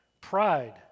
Pride